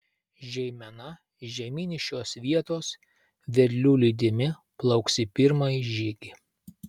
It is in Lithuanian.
žeimena žemyn iš šios vietos vedlių lydimi plauks į pirmąjį žygį